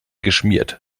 geschmiert